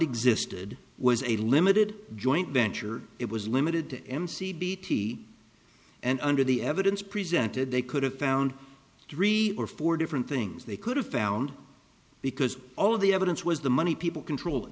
existed was a limited joint venture it was limited to mc bt and under the evidence presented they could have found three or four different things they could have found because all of the evidence was the money people controll